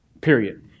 period